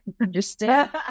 understand